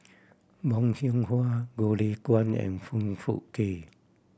Bong Hiong Hwa Goh Lay Kuan and Foong Fook Kay